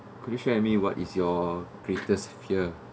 could you share with me what is your greatest fear